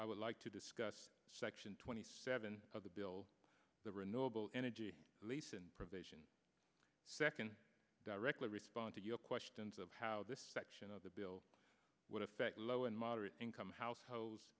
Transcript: i would like to discuss section twenty seven of the bill the renewable energy lease and provision second directly respond to your questions of how this section of the bill would affect low and moderate income households